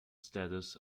status